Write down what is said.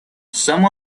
some